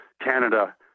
Canada